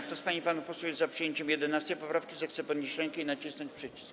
Kto z pań i panów posłów jest za przyjęciem 11. poprawki, zechce podnieść rękę i nacisnąć przycisk.